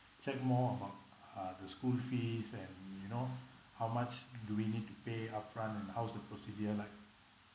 check more about uh the school fees and you know how much do we need to pay upfront and how's the procedure like